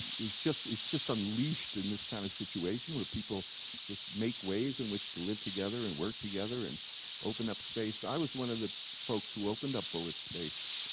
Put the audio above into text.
it's just it's just unleashed in this kind of situation where people just make ways in which to live together and work together and open up space i was one of the folks who opened up bullet space.